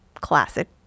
classic